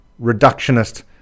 reductionist